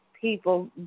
people